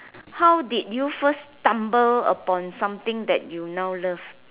how did you first stumble upon something that you now love